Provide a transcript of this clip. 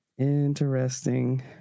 interesting